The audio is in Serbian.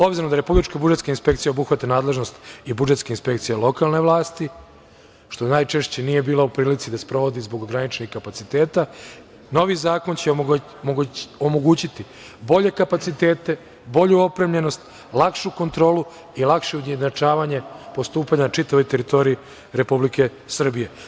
Obzirom da Republička budžetska inspekcija obuhvata nadležnost i budžetske inspekcije lokalne vlasti, što najčešće nije bila u prilici da sprovodi zbog ograničenih kapaciteta, novi zakon će omogućiti bolje kapacitete, bolju opremljenost, lakšu kontrolu i lakše ujednačavanje postupanja na čitavoj teritoriji Republike Srbije.